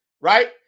right